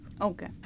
Okay